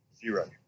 Zero